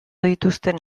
dituzten